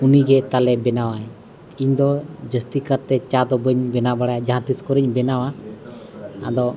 ᱩᱱᱤᱜᱮ ᱛᱟᱞᱮᱭ ᱵᱮᱱᱟᱣᱟ ᱤᱧᱫᱚ ᱡᱟᱹᱥᱛᱤᱠᱟᱭᱛᱮ ᱪᱟ ᱫᱚ ᱵᱟᱹᱧ ᱵᱮᱱᱟᱣ ᱵᱟᱲᱟᱭᱟ ᱡᱟᱦᱟᱸᱛᱤᱥ ᱠᱚᱨᱮᱧ ᱵᱮᱱᱟᱣᱟ ᱟᱫᱚ